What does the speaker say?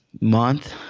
month